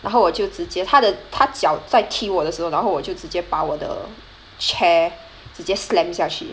然后我就直接他的他脚再踢我的时候然后我就直接把我 chair 直接 slam 下去